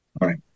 right